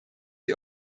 die